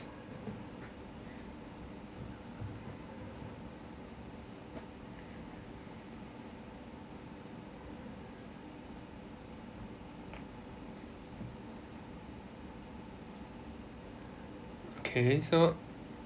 okay so